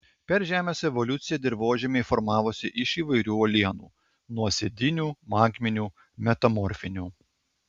per žemės evoliuciją dirvožemiai formavosi iš įvairių uolienų nuosėdinių magminių metamorfinių